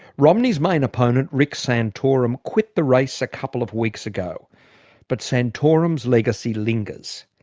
romney's main opponent rick santorum, quit the race a couple of weeks ago but santorum's legacy lingers.